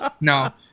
No